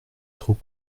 trop